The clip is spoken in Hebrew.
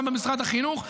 גם במשרד החינוך,